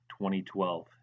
2012